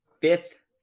fifth